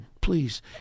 please